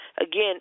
Again